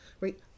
right